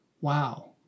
wow